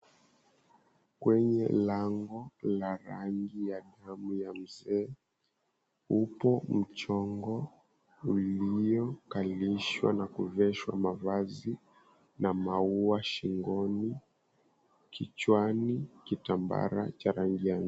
Kwneye lango la rangi ya damu ya mseto upo mchongo uliokalishwa na kuvishwa mavazi na maua shingoni. Kichwani tambara cha rangi ya.